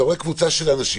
אתה רואה קבוצה של אנשים,